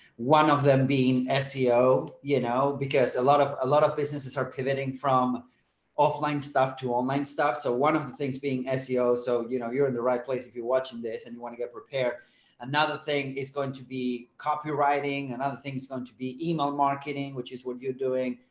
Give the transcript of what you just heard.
one of them being seo, you know, because a lot of a lot of businesses are pivoting from offline stuff to online stuff. so one of the things being ah seo so you know, you're in the right place, if you're watching this and you want to repair another thing is going to be copywriting and other things is going to be email marketing, which is what you're doing.